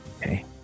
Okay